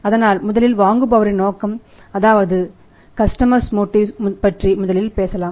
அதனால் முதலில் வாங்குபவர்களின் நோக்கம் அதாவது கஸ்டமர்ஸ் மோட்டிவ் பற்றி முதலில் பேசலாம்